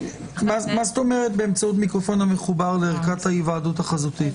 אומרת "באמצעות מיקרופון המחובר לערכת ההיוועדות החזותית"?